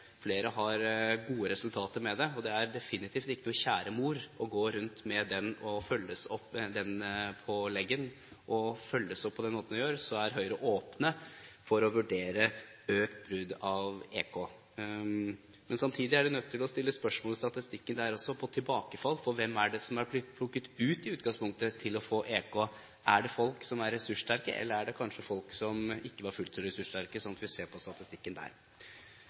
flere har gode resultater med det – og det er definitivt ikke noe kjære mor å gå rundt med den på leggen og følges opp på den måten som gjøres – er vi i Høyre åpne for å vurdere økt bruk av elektronisk kontroll. Samtidig er vi der også nødt til å stille spørsmål ved statistikken når det gjelder tilbakefall, for hvem er det som i utgangspunktet er plukket ut til å få elektronisk kontroll? Er det folk som er ressurssterke, eller er det kanskje folk som ikke er fullt så ressurssterke? Vi må se på statistikken der.